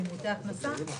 למיעוטי הכנסה,